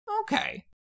Okay